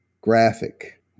graphic